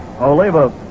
Oliva